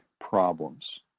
problems